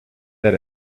that